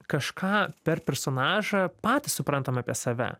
kažką per personažą patys suprantam apie save